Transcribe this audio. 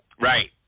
Right